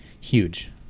Huge